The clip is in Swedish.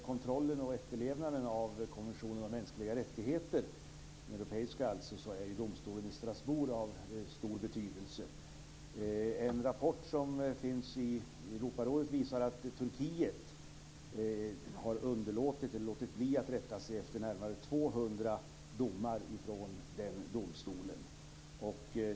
Herr talman! För kontrollen och efterlevnaden av den europeiska konventionen om mänskliga rättigheter är domstolen i Strasbourg av stor betydelse. En rapport inom Europarådet visar att Turkiet har underlåtit att rätta sig efter närmare 200 domar från denna domstol.